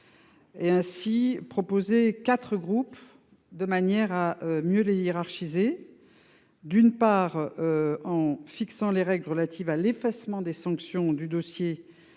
Est ainsi proposé 4 groupes de manière à mieux les hiérarchiser. D'une part. En fixant les règles relatives à l'effacement des sanctions du dossier.